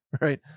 right